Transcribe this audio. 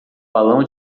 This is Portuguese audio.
balão